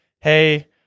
Hey